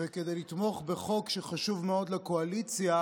וכדי לתמוך בחוק שחשוב מאוד לקואליציה